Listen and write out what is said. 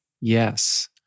Yes